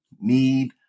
need